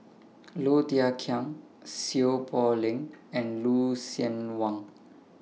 Low Thia Khiang Seow Poh Leng and Lucien Wang